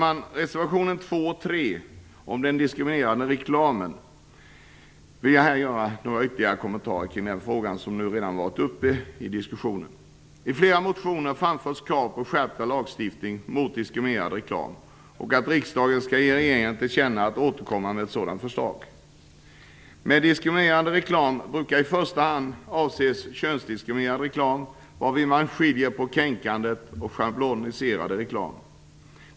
Jag vill göra några ytterligare kommentarer i fråga om den diskriminerande reklamen, som tas upp i reservationerna 2 och 3 och som redan har tagits upp i debatten. I flera motioner framförs krav på skärpt lagstiftning mot diskriminerande reklam och att riksdagen skall ge regeringen till känna att man bör återkomma med ett sådant förslag. Med diskriminerande reklam brukar i första hand avses könsdiskriminerande reklam, varvid man skiljer på kränkande och schabloniserande reklam.